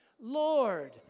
Lord